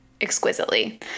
exquisitely